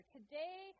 Today